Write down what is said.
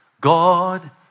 God